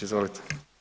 Izvolite.